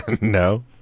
No